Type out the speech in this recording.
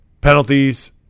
penalties